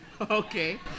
okay